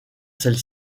celle